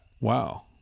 Wow